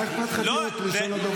מה אכפת לך להיות ראשון הדוברים?